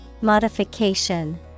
Modification